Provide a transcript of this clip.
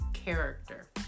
Character